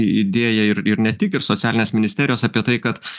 idėja ir ir ne tik ir socialinės ministerijos apie tai kad